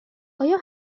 آیا